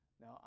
Now